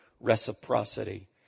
reciprocity